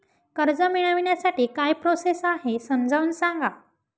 कर्ज मिळविण्यासाठी काय प्रोसेस आहे समजावून सांगा